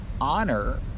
Honor